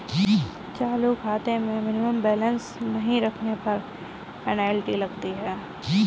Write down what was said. चालू खाते में मिनिमम बैलेंस नहीं रखने पर पेनल्टी लगती है